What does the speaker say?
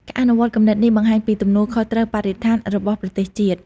ការអនុវត្តគំនិតនេះបង្ហាញពីទំនួលខុសត្រូវបរិស្ថានរបស់ប្រទេសជាតិ។